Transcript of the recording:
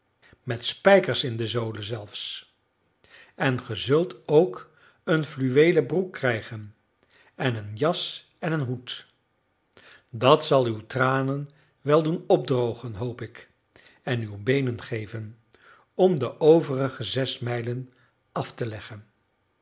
met spijkers in de zolen zelfs en ge zult ook een fluweelen broek krijgen en een jas en een hoed dat zal uw tranen wel doen opdrogen hoop ik en uw beenen geven om de overige zes mijlen af te leggen